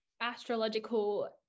astrological